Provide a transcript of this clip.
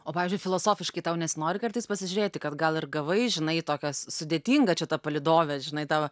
o pavyzdžiui filosofiškai tau nesinori kartais pasižiūrėti kad gal ir gavai žinai tokios sudėtinga čia ta palydovė žinai tavo